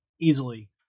easily